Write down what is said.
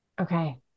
Okay